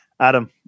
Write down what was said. Adam